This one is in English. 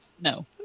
No